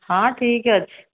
ହଁ ଠିକ୍ ଅଛି